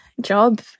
job